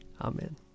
Amen